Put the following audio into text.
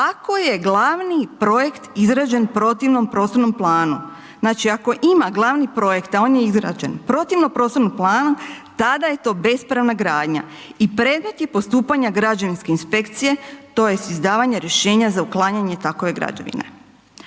ako je glavni projekt izrađen protivno prostornom planu. Znači ako ima glavni projekt izrađen protivno poslovnom planu, tada je to bespravna gradnja i predmeti postupanja građevinske inspekcije tj. izdavanje rješenja za uklanjanje takve građevine.